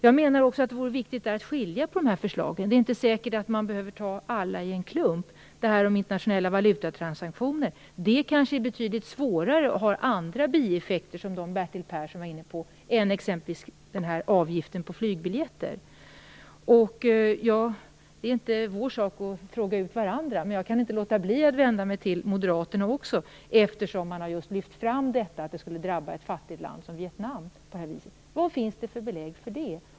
Jag menar att det är viktigt att skilja på de här förslagen. Det är inte säkert att man behöver ta alla i en klump. Förslaget om internationella valutatransaktioner kanske är betydligt svårare och har andra bieffekter, som de Bertil Persson var inne på, än exempelvis förslaget om avgift på flygbiljetter. Det är inte vår sak att fråga ut varandra, men jag kan inte låta bli att vända mig till Moderaterna också, eftersom man just har lyft fram att detta skulle drabba ett fattigt land som Vietnam på det här viset. Vad finns det för belägg för det?